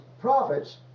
prophets